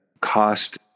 Cost